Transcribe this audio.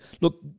look